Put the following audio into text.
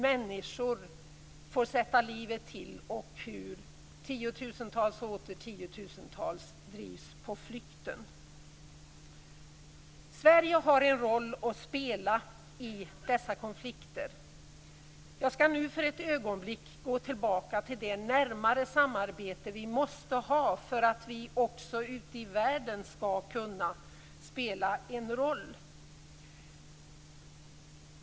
Människor får nu sätta livet till och tiotusentals och åter tiotusentals drivs på flykten. Sverige har en roll att spela i dessa konflikter. Jag skall nu för ett ögonblick gå tillbaka till det närmare samarbete som vi måste ha för att vi också ute i världen skall kunna spela en roll.